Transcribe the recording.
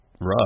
rough